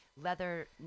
leather